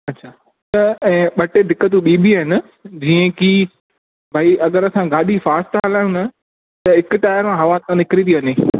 अच्छा त ऐं ॿ टे दिकतूं ॿियूं बि आहिनि जीअं कि भाई अगरि असां गाॾी फास्ट था हलायूं न त हिक टायर मां हवा निकिरी थी वञे